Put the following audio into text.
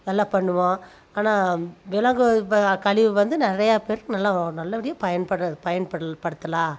நல்லா பண்ணுவோம் ஆனால் விலங்கு இப்போ கழிவு வந்து நிறையா பேருக்கு நல்லா வ நல்லப்படியாக பயன்படுகிற பயன்படல் படுத்தலாம்